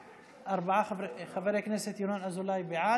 בעד, חבר הכנסת ינון אזולאי, בעד.